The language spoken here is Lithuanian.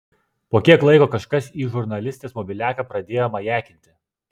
po kiek laiko kažkas į žurnalistės mobiliaką pradėjo majakinti